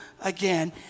again